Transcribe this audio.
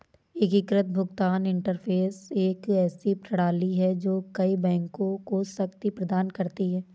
एकीकृत भुगतान इंटरफ़ेस एक ऐसी प्रणाली है जो कई बैंकों को शक्ति प्रदान करती है